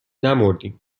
نمردیم